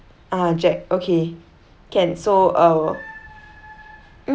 ah jack okay can so uh mm